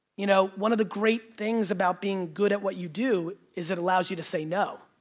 you know one of the great things about being good at what you do is it allows you to say no.